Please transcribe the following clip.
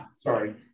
Sorry